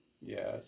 Yes